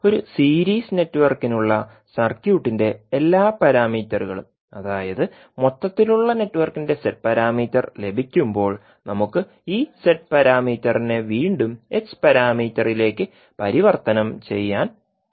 ഒരു സീരീസ് നെറ്റ്വർക്കിനുളള സർക്യൂട്ടിൻറെ എല്ലാ പാരാമീറ്ററുകളും അതായത് മൊത്തത്തിലുള്ള നെറ്റ്വർക്കിന്റെ z പാരാമീറ്റർ ലഭിക്കുമ്പോൾ നമുക്ക് ഈ z പാരാമീറ്ററിനെ വീണ്ടും h പാരാമീറ്ററിലേക്ക് പരിവർത്തനം ചെയ്യാൻ കഴിയും